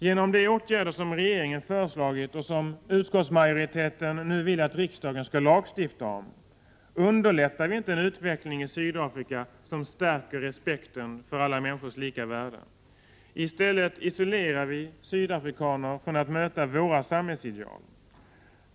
Genom de åtgärder som regeringen föreslagit och som utskottsmajoriteten nu vill att riksdagen skall lagstifta om underlättar vi inte en utveckling i Sydafrika som stärker respekten för alla människors lika värde. I stället isolerar vi sydafrikanerna från att möta våra samhällsideal.